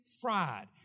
fried